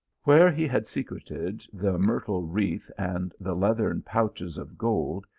where he had secreted the myrtle wreath and the leathern pouches of gold,